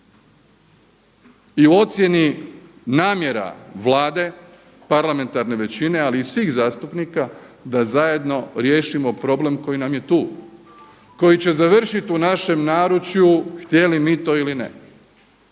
i u ocjeni namjera Vlade parlamentarne većine ali i svih zastupnika da zajedno riješimo problem koji nam je tu, koji će završit u našem naručju htjeli mi to ili ne.